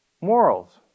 morals